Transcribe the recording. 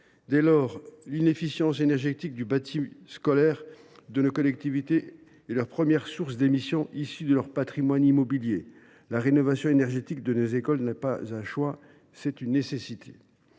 Dès lors, l’inefficience énergétique du bâti scolaire de nos collectivités est la première cause des émissions issues de leur patrimoine immobilier. La rénovation énergétique de nos écoles n’est pas un choix : c’est une nécessité.